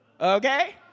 Okay